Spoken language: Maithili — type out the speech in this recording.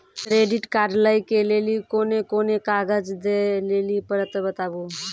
क्रेडिट कार्ड लै के लेली कोने कोने कागज दे लेली पड़त बताबू?